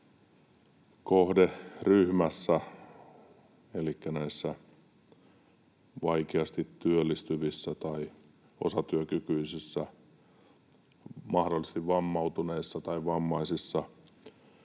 kohderyhmässä — elikkä näissä vaikeasti työllistyvissä tai osatyökykyisissä, mahdollisesti vammautuneissa tai vammaisissa